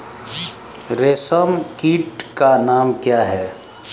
रेशम कीट का नाम क्या है?